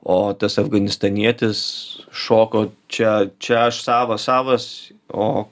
o tas afganistanietis šoko čia čia aš savas savas o